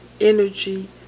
energy